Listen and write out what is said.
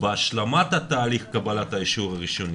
בהשלמת תהליך קבלת האישור הראשוני,